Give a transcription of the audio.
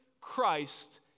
Christ